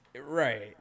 Right